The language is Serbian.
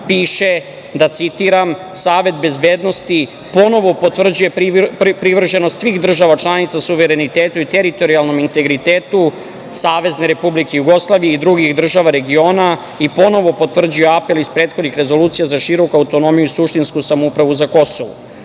piše da "Savet bezbednosti ponovo potvrđuje privrženost svih država članica suverenitetu i teritorijalnom integritetu Savezne Republike Jugoslavije i drugih država regiona i ponovo potvrđuje apel iz prethodnih rezolucija za široku autonomiju i suštinsku samoupravu za Kosovo".